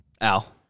Al